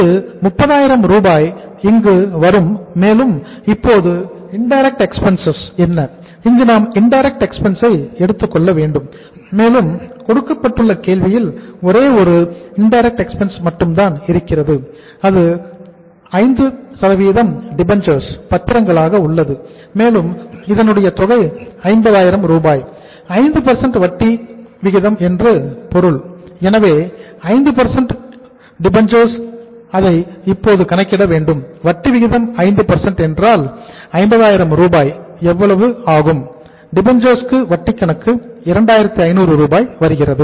இது 30000 ரூபாய் இங்கு வரும் மேலும் இப்போது இண்டைரக்ட் எக்ஸ்பென்சஸ் க்கு வட்டி கணக்கு 2500 ரூபாய் வருகிறது